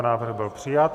Návrh byl přijat.